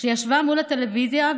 ישבה מול הטלוויזיה,